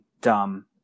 dumb